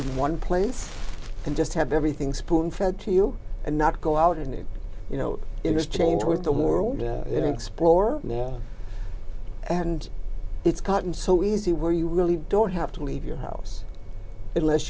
in one place and just have everything spoon fed to you and not go out and you know it was change with the world you know explore and it's gotten so easy where you really don't have to leave your house unless